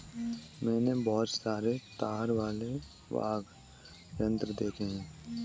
मैंने बहुत सारे तार वाले वाद्य यंत्र देखे हैं